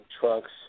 trucks